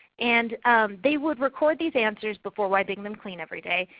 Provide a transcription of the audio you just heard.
and they would record these answers before wiping them clean every day.